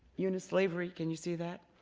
unislavery can you see that?